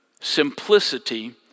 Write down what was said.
simplicity